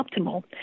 optimal